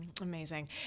Amazing